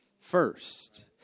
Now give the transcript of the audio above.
first